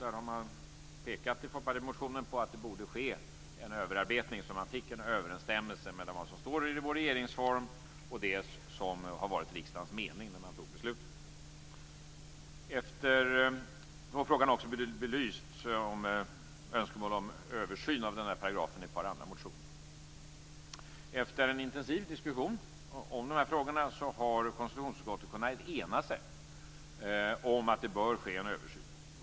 I Folkpartimotionen har man pekat på att det borde ske en överarbetning, så att vi får en överensstämmelse mellan vad som står i vår regeringsform och det som var riksdagens mening när man fattade beslutet. Det har också framkommit önskemål om översyn av denna paragraf i ett par andra motioner. Efter en intensiv diskussion om dessa frågor har konstitutionsutskottet kunnat ena sig om att det bör ske en översyn.